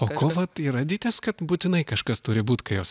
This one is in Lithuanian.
o ko vat yra dytės kad būtinai kažkas turi būt kai jos